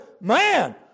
man